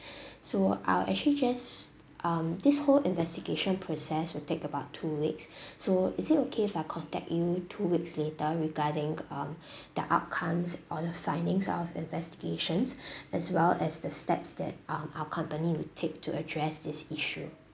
so I'll actually just um this whole investigation process will take about two weeks so is it okay if I contact you two weeks later regarding um the outcomes or the findings of investigations as well as the steps that um our company will take to address this issue